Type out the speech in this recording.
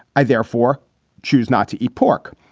i therefore choose not to eat pork.